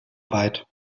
weit